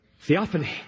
theophany